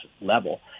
level